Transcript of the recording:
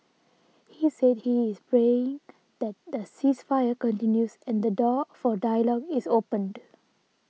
he said he is praying that the ceasefire continues and the door for dialogue is opened